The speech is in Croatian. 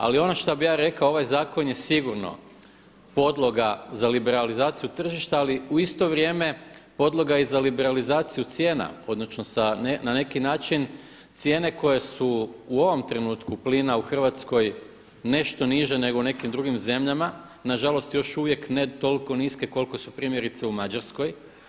Ali ono šta bih ja rekao ovaj zakon je sigurno podloga za liberalizaciju tržišta, ali u isto vrijeme podloga je i za liberalizaciju cijena, odnosno na neki način cijene koje su ovom trenutku plina u Hrvatskoj nešto niže nego u nekim drugim zemljama na žalost još uvijek ne toliko niske koliko su primjerice u Mađarskoj.